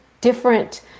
different